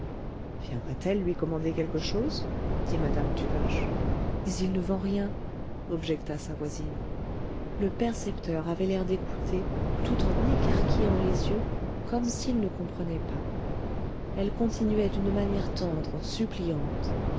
viendrait elle lui commander quelque chose dit madame tuvache mais il ne vend rien objecta sa voisine le percepteur avait l'air d'écouter tout en écarquillant les yeux comme s'il ne comprenait pas elle continuait d'une manière tendre suppliante